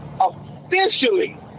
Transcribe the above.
officially